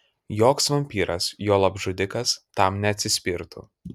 joks vampyras juolab žudikas tam neatsispirtų